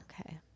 Okay